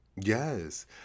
yes